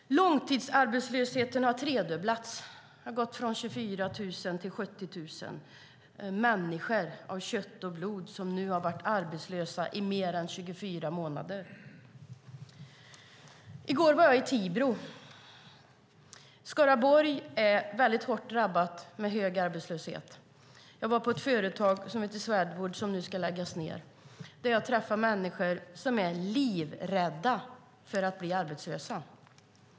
Långtidsarbetslösheten har tredubblats. Den har gått från 24 000 till 70 000 människor av kött och blod som nu har varit arbetslösa i mer än 24 månader. I går var jag i Tibro. Skaraborg är hårt drabbat av hög arbetslöshet. Jag hälsade på ett företag som heter Swedwood, som nu ska läggas ned. Jag träffade människor som är livrädda för att bli arbetslösa.